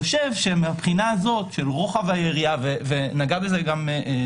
מהבחינה הזאת של רוחב היריעה וגם דרור